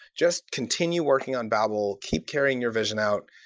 just continue working on babel. keep carrying your vision out.